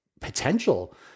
potential